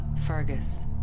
Fergus